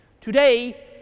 Today